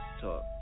talk